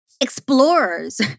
explorers